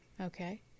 Okay